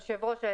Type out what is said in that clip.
אדוני היושב-ראש,